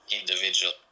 individual